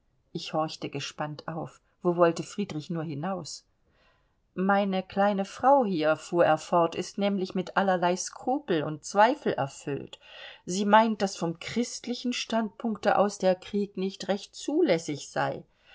ich horchte gespannt auf wo wollte friedrich nur hinaus meine kleine frau hier fuhr er fort ist nämlich mit allerlei skrupel und zweifel erfüllt sie meint daß vom christlichen standpunkte aus der krieg nicht recht zulässig sei